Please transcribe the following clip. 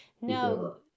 No